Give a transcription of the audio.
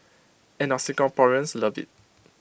and our Singaporeans love IT